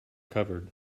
covered